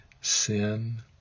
sin